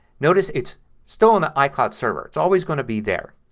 notice it's still in the icloud server. it's always going to be there.